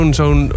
zo'n